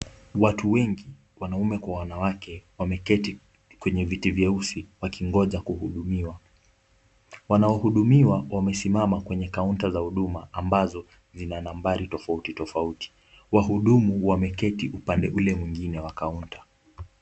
Watu wengi wanaume kwa wanawake wameketi kwenye viti vyeusi wakingoja kuhudumiwa. Wanaohudumiwa wamesimama kwenye kaunta za huduma ambazo zina nambari tofauti tofauti. Wahudumu wameketi upande ule mwingine wa kaunta.